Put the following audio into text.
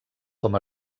com